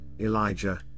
Elijah